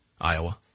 Iowa